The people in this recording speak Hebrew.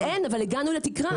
אבל הגענו לתקרה.